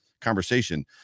conversation